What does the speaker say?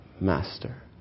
master